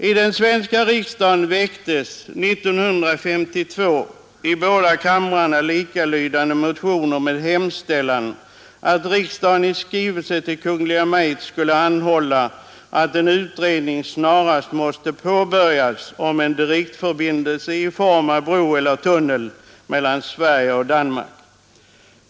I den svenska riksdagen väcktes 1952 i båda kamrarna likalydande motioner med hemställan, att riksdagen i skrivelse till Kungl. Maj:t skulle anhålla, att en utredning snarast måtte påbörjas om en direktförbindelse i form av bro eller tunnel mellan Sverige och Danmark.